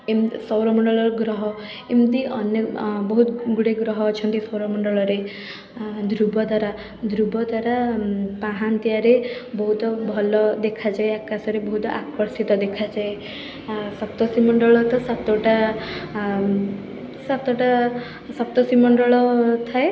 ଏମତି ସୌରମଣ୍ଡଳ ଗ୍ରହ ଏମତି ଅନେ ବହୁତ ଗୁଡ଼ିଏ ଗ୍ରହ ଅଛନ୍ତି ସୌରମଣ୍ଡଳରେ ଧ୍ରୁବତାରା ଧ୍ରୁବତାରା ପାହାନ୍ତିଆରେ ବହୁତ ଭଲ ଦେଖାଯାଏ ଆକାଶରେ ବହୁତ ଆକର୍ଷିତ ଦେଖାଯାଏ ଆଁ ସପ୍ତର୍ଷିମଣ୍ଡଳ ତ ସାତଟା ଆ ଉଁ ସାତଟା ସପ୍ତର୍ଷିମଣ୍ଡଳ ଥାଏ